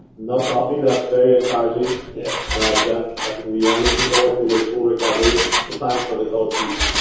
no coughing. that's very encouraging. yeah jeff, i think we are looking forward to your full recovery in time for the cold season.